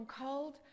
cold